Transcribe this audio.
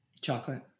Chocolate